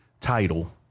title